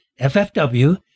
FFW